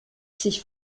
sich